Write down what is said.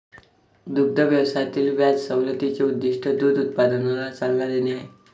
दुग्ध व्यवसायातील व्याज सवलतीचे उद्दीष्ट दूध उत्पादनाला चालना देणे आहे